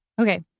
Okay